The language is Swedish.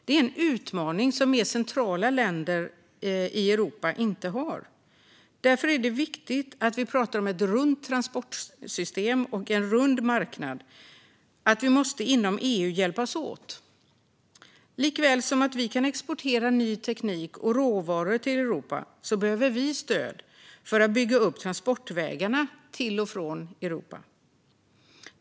Det är en utmaning som mer centrala länder i Europa inte har. Därför är det viktigt att vi pratar om ett runt transportsystem och en rund marknad och att vi måste hjälpas åt inom EU. Likaväl som att vi kan exportera ny teknik och råvaror till Europa behöver vi stöd för att bygga upp transportvägarna till och från Europa.